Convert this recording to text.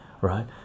right